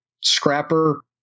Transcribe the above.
scrapper